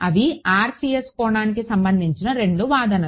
అవి RCS కోణానికి సంబంధించిన 2 వాదనలు